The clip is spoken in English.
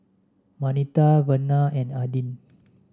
Marnita Vena and Adin